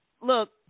look